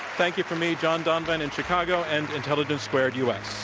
thank you from, me, john donvan, in chicago, and intelligence squared u. s.